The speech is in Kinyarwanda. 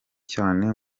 cyane